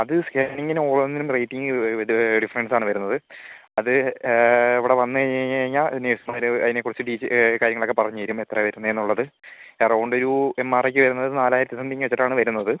അത് സ്കാനിങ്ങിന് ഓരോന്നിനും റേറ്റിങ്ങ് ഡിഫറെൻസാണ് വെരുന്നത് അത് എവടെ വന്ന് കഴിഞ്ഞ് കഴിഞ്ഞ് കഴിഞ്ഞാൽ നഴ്സുമാര് അതിനെ കുറിച്ച് ഡീറ്റ് കാര്യങ്ങളൊക്കെ പറഞ്ഞ് തരും എത്രയാ വരുന്നതെന്നുള്ളത് എറൗണ്ടൊരു ഒരു എംആർഐക്ക് വെരുന്നത് നാലായിരത്തി സമ്തിങ്ങ് എത്രയോ ആണ് വരുന്നത്